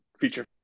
feature